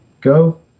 Go